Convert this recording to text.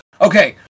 okay